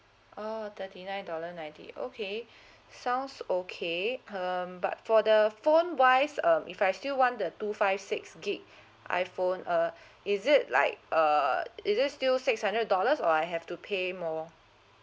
oh thirty nine dollar ninety okay sounds okay um but for the phone wise um if I still want the two five six gig iphone uh is it like err is it still six hundred dollars or I have to pay more